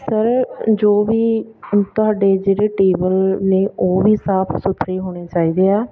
sir ਜੋ ਵੀ ਤੁਹਾਡੇ ਜਿਹੜੇ ਟੇਬਲ ਨੇ ਉਹ ਵੀ ਸਾਫ਼ ਸੁਥਰੇ ਹੋਣੇ ਚਾਹੀਦੇ ਆ